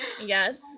yes